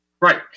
right